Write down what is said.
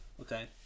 Okay